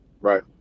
Right